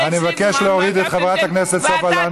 אני מבקש להוריד את חברת הכנסת סופה לנדבר,